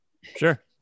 sure